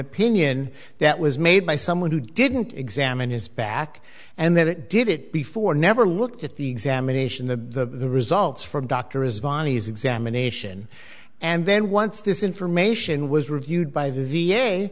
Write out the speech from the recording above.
opinion that was made by someone who didn't examine his back and that it did it before never looked at the examination the results from doctor is vonnie is examination and then once this information was reviewed by the v